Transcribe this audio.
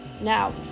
Now